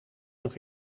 nog